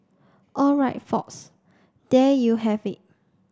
all right folks there you have it